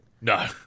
no